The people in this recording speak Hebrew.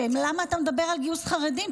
למה אתה מדבר על גיוס חרדים?